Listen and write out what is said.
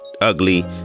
Ugly